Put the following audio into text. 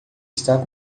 está